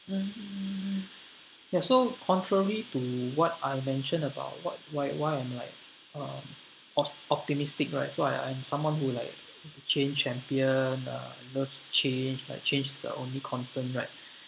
mm ya so contrary to what I mentioned about what why why I'm uh like uh op~ optimistic right so I'm I'm someone who like change champion uh love to change like change is the only constant right